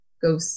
Go